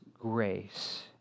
grace